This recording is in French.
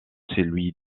celui